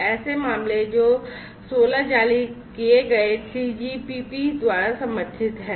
ऐसे मामले जो 16 जारी किए गए 3GPP द्वारा समर्थित हैं